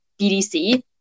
BDC